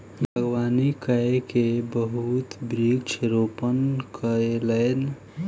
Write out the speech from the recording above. बागवानी कय के बहुत वृक्ष रोपण कयलैन